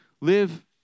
live